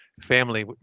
family